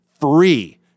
free